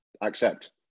accept